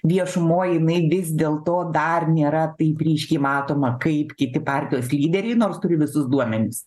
viešumoj jinai vis dėlto dar nėra taip ryškiai matoma kaip kiti partijos lyderiai nors turi visus duomenis